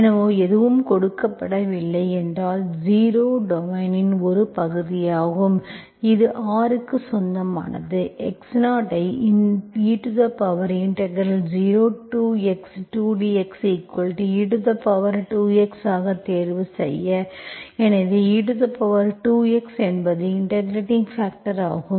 எனவே எதுவும் கொடுக்கப்படவில்லை என்றால் 0 டொமைனின் ஒரு பகுதியாகும் இது R க்கு சொந்தமானது x0 ஐ e0x2dxe2x ஆக தேர்வு செய்ய எனவே e2x என்பது இன்டெகிரெட்பாக்டர் ஆகும்